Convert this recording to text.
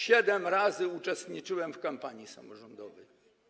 Siedem razy uczestniczyłem w kampanii samorządowej.